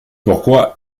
pourquoi